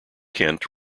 kent